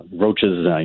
roaches